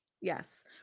Yes